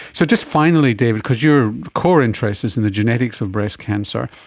so just finally david, because your core interest is in the genetics of breast cancer,